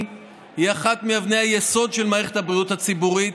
היא אחת מאבני היסוד של מערכת הבריאות הציבורית,